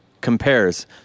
compares